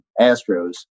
Astros